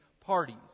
parties